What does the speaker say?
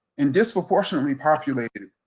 and disproportionately populated,